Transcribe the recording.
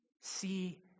See